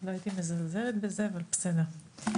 לא הייתי מזלזלת בזה, אבל בסדר.